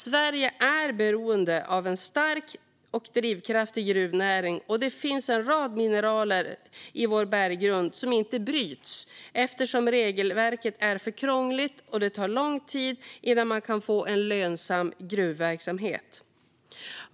Sverige är beroende av en stark och drivkraftig gruvnäring, och det finns en rad mineral i vår berggrund som inte bryts eftersom regelverket är för krångligt och det tar för lång tid innan man kan få en lönsam gruvverksamhet.